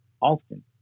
often